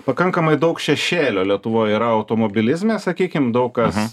pakankamai daug šešėlio lietuvoj yra automobilizme sakykim daug kas